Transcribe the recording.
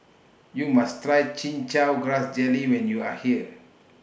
YOU must Try Chin Chow Grass Jelly when YOU Are here